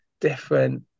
different